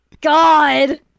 God